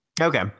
okay